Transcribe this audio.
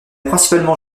principalement